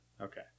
okay